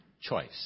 choice